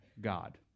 God